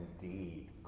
indeed